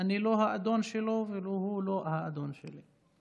אני לא האדון שלו והוא לא האדון שלי.